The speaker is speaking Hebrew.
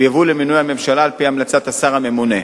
ויובאו למינוי הממשלה על-פי המלצת השר הממונה.